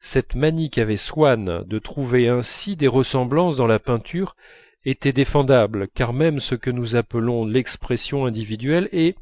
cette manie qu'avait swann de trouver ainsi des ressemblances dans la peinture était défendable car même ce que nous appelons l'expression individuelle est